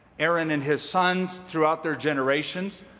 aaron and his sons throughout their generations.